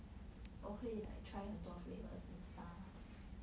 我可以 like try 很多 flavours and stuff